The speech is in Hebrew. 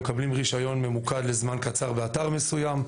והם מקבלים רישיון ממוקד לזמן קצר באתר מסוים,